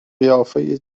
قیافه